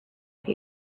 here